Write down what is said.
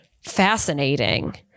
fascinating